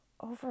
over